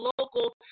local